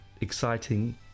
exciting